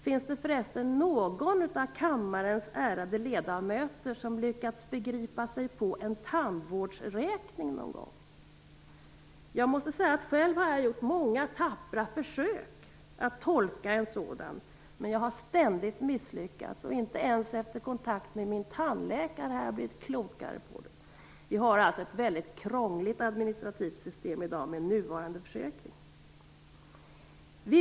Finns det förresten någon av kammarens ärade ledamöter som har lyckats att begripa sig på en tandvårdsräkning? Själv har jag gjort många tappra försök att tolka en sådan, men jag har ständigt misslyckats. Inte ens efter kontakt med min tandläkare har jag blivit klokare. Vi har alltså ett väldigt krångligt administrativt system i dag med nuvarande försäkring.